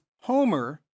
Homer